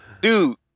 Dude